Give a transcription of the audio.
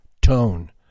tone